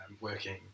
working